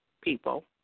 people